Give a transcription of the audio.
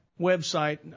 website